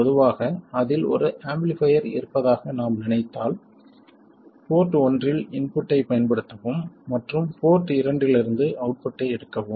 பொதுவாக அதில் ஒரு ஆம்பிளிஃபைர் இருப்பதாக நாம் நினைத்தால் போர்ட் ஒன்றில் இன்புட்டைப் பயன்படுத்தவும் மற்றும் போர்ட் இரண்டிலிருந்து அவுட்புட்டை எடுக்கவும்